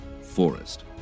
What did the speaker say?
forest